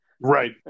right